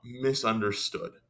misunderstood